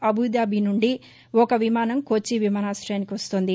Abu Dhabi నుండి ఒక విమాసం కోచీ విమానాశయానికి వస్తోంది